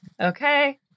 Okay